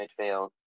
midfield